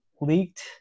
leaked